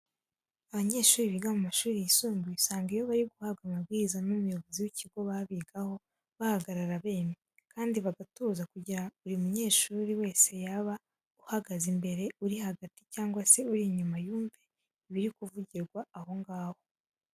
Abanyeshuri biga mu mashuri yisumbuye usanga iyo bari guhabwa amabwiriza n'umuyobozi w'ikigo baba bigaho bahagarara bemye, kandi bagatuza kugira buri munyeshuri wese yaba uhagaze imbere, uri hagati cyangwa se uri inyuma yumve ibiri kuvugirwa aho ngaho.